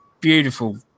beautiful